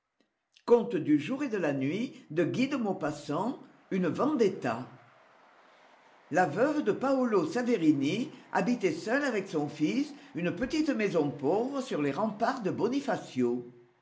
la veuve de paolo saverini habitait seule avec son fils une petite maison pauvre sur les remparts de bonifacio